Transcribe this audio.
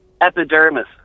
Epidermis